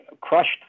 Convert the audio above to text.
crushed